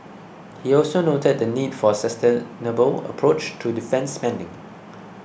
he also noted the need for a sustainable approach to defence spending